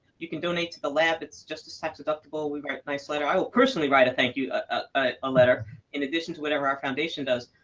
you can donate to the lab. it's just as tax deductible. we write a nice letter. i will personally write a thank you ah letter in addition to whatever our foundation does.